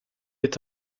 est